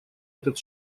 этот